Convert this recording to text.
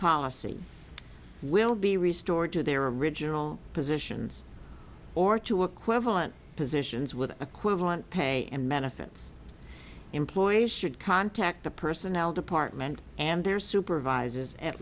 policy will be restored to their original positions or to equivalent positions with equivalent pay and benefits employees should contact the personnel department and their supervisors at